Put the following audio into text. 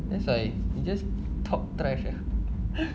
that's like you just talk trash ah